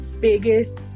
biggest